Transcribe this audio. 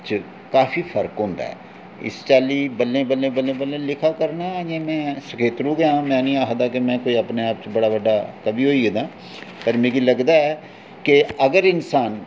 च काफी फर्क होंदा ऐ इस चाल्ली बल्लें बल्लें बल्लें बल्लें लिखा करना अजें में सखेत्तरू गै आं में निं आखदा कि में कोई अपने आप च कोई बड़ा बड्डा कवि होई गेदा आं पर मिगी लगदा ऐ कि अगर इन्सान